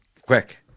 quick